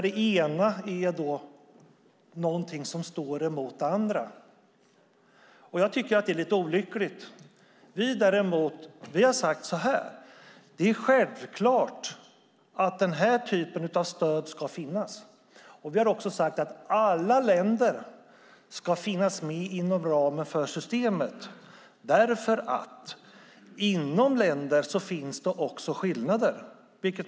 Det ena är något som står emot det andra. Det är lite olyckligt. Vi har sagt att det är självklart att den typen av stöd ska finnas. Vi har också sagt att alla länder ska finnas med inom ramen för systemet därför att det inom länder också finns skillnader.